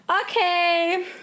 Okay